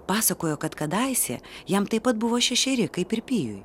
pasakojo kad kadaise jam taip pat buvo šešeri kaip ir pijui